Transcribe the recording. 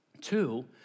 two